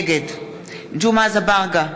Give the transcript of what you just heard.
נגד ג'מעה אזברגה,